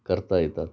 करता येतात